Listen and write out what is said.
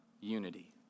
unity